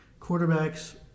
quarterbacks